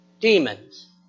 Demons